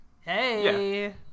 Hey